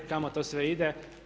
Kamo to sve ide?